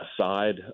side